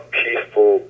peaceful